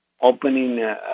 opening